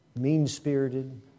mean-spirited